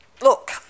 look